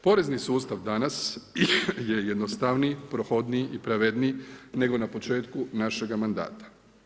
Porezni sustav danas, je jednostavniji, prohodniji i pravedniji nego na početku našega mandata.